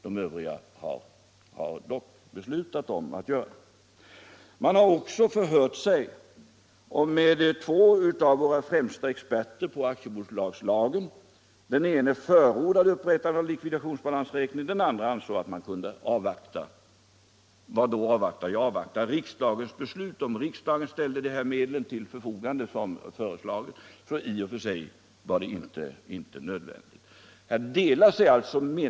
De övriga har dock beslutat att en sådan skall göras. Man har också förhört sig med två av våra friåmsta experter på aktiebolagslagen. Den ene förordade upprättande av likvidationsbalansräkning, den andre ansäg att man kunde avvakta riksdagens beslut —- om riksdagen ställde dessa medel ull förfogande var upprättandet av en likvidationsbalansräkning i och för sig inte nödvändig. Meningarna delar sig alltså här.